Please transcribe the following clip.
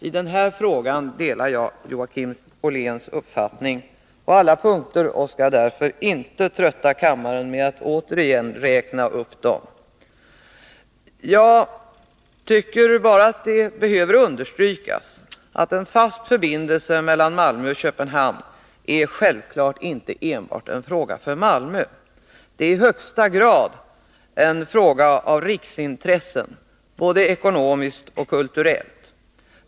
I den här frågan delar jag Joakim Olléns uppfattning på alla punkter, och jag skall därför inte trötta kammaren med att återigen räkna upp alla argument. Jag tycker bara att det behöver understrykas att en fast förbindelse mellan Malmö och Köpenhamn självfallet inte bara är en fråga för Malmö. Det är i högsta grad en fråga av riksintresse, både ekonomiskt och kulturellt.